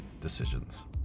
decisions